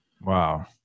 Wow